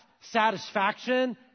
satisfaction